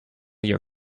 your